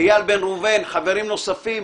איל בן ראובן, חברים נוספים